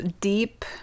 deep